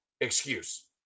excuse